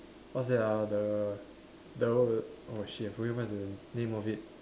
what's that ah the the oh shit I forget what's the name of it